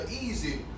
easy